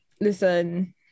Listen